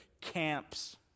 camps